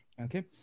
okay